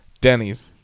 Denny's